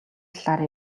талаар